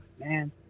man